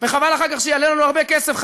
וחבל אחר כך שיעלה לנו הרבה כסף,